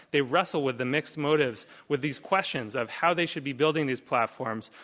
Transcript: they wrestle with the mixed motives, with these questions of how they should be building these platforms.